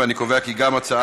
ואני קובע כי גם הצעת